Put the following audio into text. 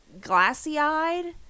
glassy-eyed